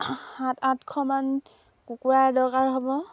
সাত আঠশমান কুকুৰা দৰকাৰ হ'ব